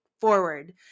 forward